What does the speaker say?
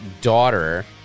daughter